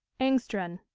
engstrand.